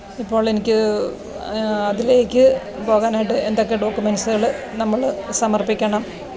ഇപ്പോൾ എനിക്ക് അതിലേക്ക് പോകാനായിട്ട് എന്തൊക്കെ ഡോക്കുമെന്റ്സ്കൾ നമ്മൾ സമര്പ്പിക്കണം